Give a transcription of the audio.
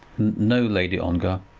no, lady ongar,